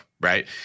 right